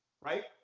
right